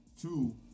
Two